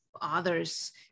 others